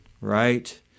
right